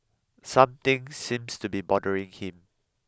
something seems to be bothering him